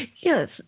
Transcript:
Yes